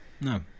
No